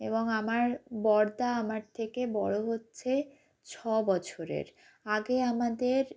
এবং আমার বড়দা আমার থেকে বড় হচ্ছে ছ বছরের আগে আমাদের